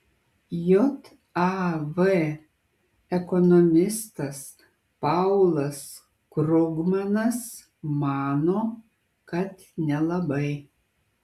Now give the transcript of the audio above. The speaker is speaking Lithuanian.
jav ekonomistas paulas krugmanas mano kad nelabai